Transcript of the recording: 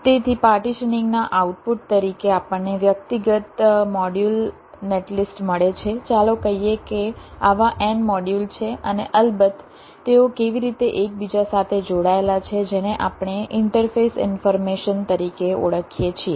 તેથી પાર્ટીશનીંગના આઉટપુટ તરીકે આપણને વ્યક્તિગત મોડ્યુલ નેટલિસ્ટ મળે છે ચાલો કહીએ કે આવા n મોડ્યુલ છે અને અલબત્ત તેઓ કેવી રીતે એકબીજા સાથે જોડાયેલા છે જેને આપણે ઇન્ટરફેસ ઈન્ફોર્મેશન તરીકે ઓળખીએ છીએ